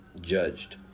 judged